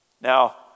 Now